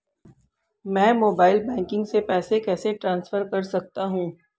मैं mobile banking से पैसे कैसे ट्रांसफर कर सकता हूं?